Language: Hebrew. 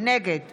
נגד